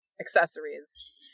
accessories